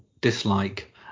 dislike